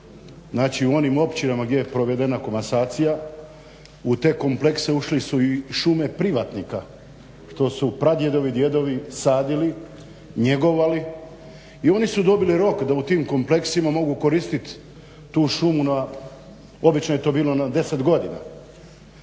u onim općinama gdje je provedena komasacija u te komplekse ušli su i šume privatnika, što su pradjedovi, djedovi sadili, njegovali. I oni su dobili rok da u tim kompleksima mogu koristiti tu šumu na, obično